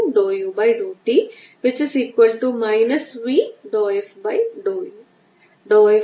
ഓവർലാപ്പുചെയ്യുന്ന പ്രദേശത്ത് ഞാൻ ഏത് പോയിന്റിലാണെന്നത് പരിഗണിക്കാതെ എനിക്ക് സ്ഥിരമായ ഇലക്ട്രിക് ഫീൽഡ് ഉണ്ട് അതിന്റെ വ്യാപ്തി 2 ഓവർ എപ്സിലോൺ 0 ആണ്